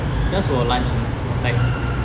just for lunch mah like